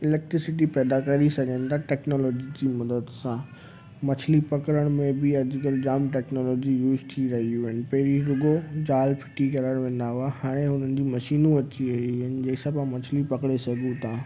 electricity पैदा करे सघनि था टैक्नोलॉजी जी मदद सां मछ्ली पकिड़ण में बि अॼुकल्ह जामु टैक्नोलॉजी यूस थी रहियूं आहिनि पहिरीं रुॻो जाल फिटी करणु वेंदा हुआ हाणे हुननि जी मशीनूं अची वयूं आहिनि जंहिं सां पाण मछ्ली पकिड़े सघूं था